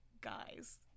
guys